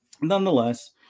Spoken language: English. nonetheless